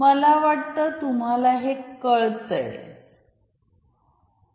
मला वाटतं तुम्हाला हे कळतंय